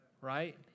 right